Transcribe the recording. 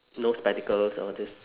no spectacles all this